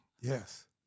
Yes